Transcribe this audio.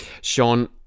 Sean